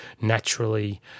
naturally